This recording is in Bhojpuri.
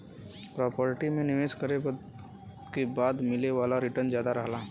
प्रॉपर्टी में निवेश करे के बाद मिले वाला रीटर्न जादा रहला